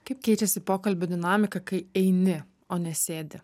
kaip keičiasi pokalbių dinamika kai eini o nesėdi